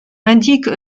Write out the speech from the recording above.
indique